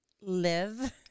live